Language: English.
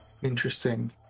Interesting